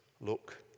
look